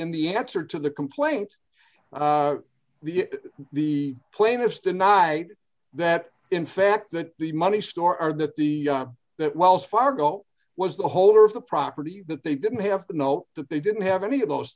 in the answer to the complaint the the plaintiffs deny that in fact that the money store or that the that wells fargo was the holder of the property that they didn't have the note that they didn't have any of those